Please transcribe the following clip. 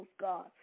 God